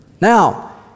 Now